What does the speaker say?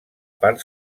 part